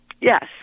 Yes